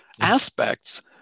aspects